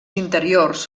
interiors